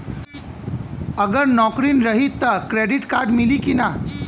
अगर नौकरीन रही त क्रेडिट कार्ड मिली कि ना?